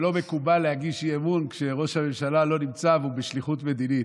שלא מקובל להגיש אי-אמון כשראש הממשלה לא נמצא והוא בשליחות מדינית,